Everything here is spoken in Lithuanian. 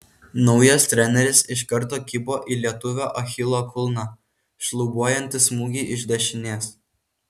naujas treneris iš karto kibo į lietuvio achilo kulną šlubuojantį smūgį iš dešinės